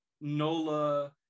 NOLA